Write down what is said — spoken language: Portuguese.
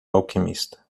alquimista